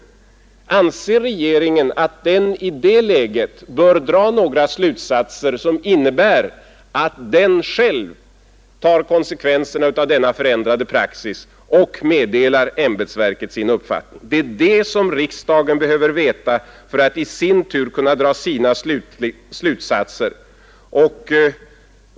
Anser regeringen att den i det läget bör dra några slutsatser som innebär att den själv tar konsekvenserna av denna förändrade praxis och meddelar ämbetsverket sin uppfattning? Det är det som riksdagen behöver veta för att i sin tur kunna dra slutsatser.